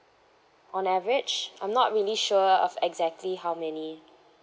on average I'm not really sure of exactly how many